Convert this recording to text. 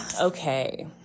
Okay